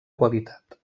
qualitat